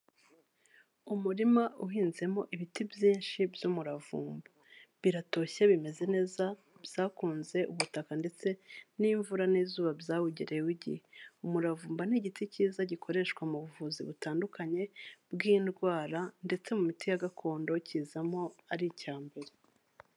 Umurima uhinzemo ibiti byinshi by'umuravumba. Biratoshye bimeze neza byakunze ubutaka ndetse n'imvura n'izuba byawugereyeho igihe. Umuravumba ni igiti cyiza gikoreshwa mu buvuzi butandukanye bw'indwara ndetse mu miti ya gakondo kizamo ari icya mbere.